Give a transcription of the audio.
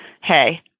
hey